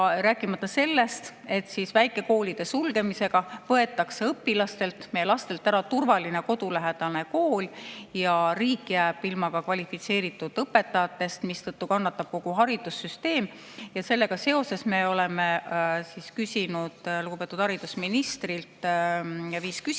Rääkimata sellest, et väikekoolide sulgemisega võetakse õpilastelt, meie lastelt ära turvaline kodulähedane kool, riik aga jääb ilma kvalifitseeritud õpetajatest, mistõttu kannatab kogu haridussüsteem. Sellega seoses me oleme küsinud lugupeetud haridusministrilt viis küsimust